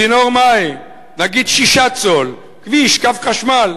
צינור מים, נגיד 6 צול, כביש, קו חשמל,